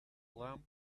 lamp